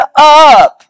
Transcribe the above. up